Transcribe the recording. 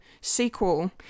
sequel